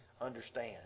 understand